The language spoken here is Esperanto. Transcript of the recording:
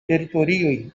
teritoriojn